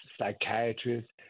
psychiatrists